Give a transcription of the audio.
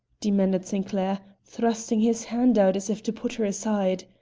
demanded sinclair, thrusting his hand out as if to put her aside.